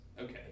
Okay